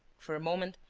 for a moment,